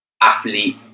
athlete